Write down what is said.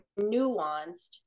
nuanced